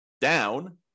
down